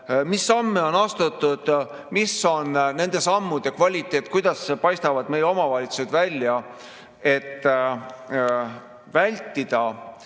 Mis samme on astutud? Milline on nende sammude kvaliteet? Kuidas paistavad meie omavalitsused välja, et vältida